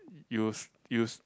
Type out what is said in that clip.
use use